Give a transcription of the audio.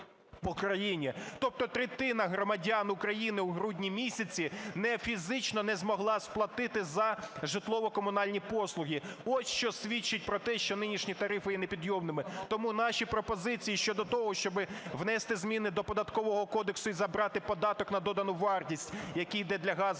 Тобто третина громадян України у грудні місяці фізично не змогла сплатити за житлово-комунальні послуги. Ось що свідчить про те, що нинішні тарифи є непідйомними. Тому наші пропозиції щодо того, щоби внести зміни до Податкового кодексу і забрати податок на додану вартість, який йде для газу